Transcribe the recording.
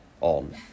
on